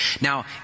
Now